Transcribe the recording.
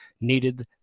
needed